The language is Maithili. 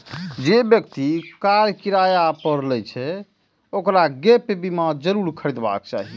जे व्यक्ति कार किराया पर लै छै, ओकरा गैप बीमा जरूर खरीदबाक चाही